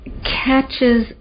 catches